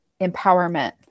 empowerment